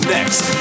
Next